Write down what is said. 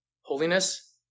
holiness